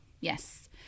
Yes